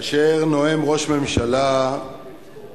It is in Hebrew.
כאשר נואם ראש ממשלה בישראל,